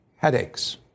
headaches